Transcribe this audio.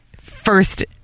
first